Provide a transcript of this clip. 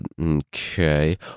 Okay